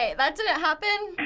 right, that didn't happen.